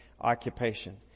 occupation